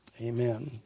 Amen